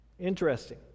interesting